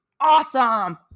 awesome